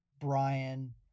Brian